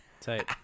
Tight